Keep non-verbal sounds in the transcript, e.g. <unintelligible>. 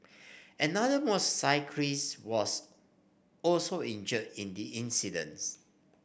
another <unintelligible> was also injured in the incidence